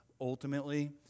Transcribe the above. ultimately